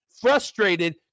frustrated